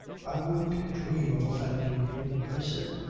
i wouldn't dream of offending you, i said.